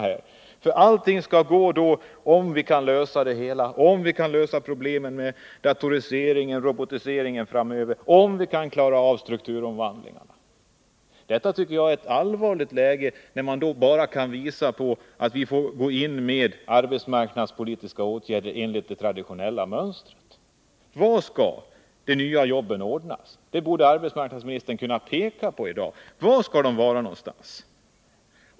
Hela resonemanget går: Om vi kan lösa det hela, om vi kan lösa problemen med datoriseringen och robotiseringen, om vi kan klara av strukturomvandlingarna. Jag tycker att läget är allvarligt om man bara kan visa på att vi får gå in med arbetsmarknadspolitiska åtgärder enligt traditionellt mönster. Var skall de nya jobben ordnas? Det borde arbetsmarknadsministern kunna peka på i dag.